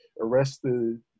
arrested